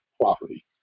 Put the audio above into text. property